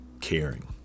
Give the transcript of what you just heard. caring